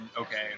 okay